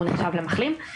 הוא נחשב למחלים.